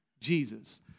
jesus